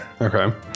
Okay